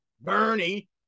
Bernie